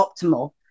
optimal